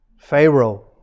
Pharaoh